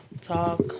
talk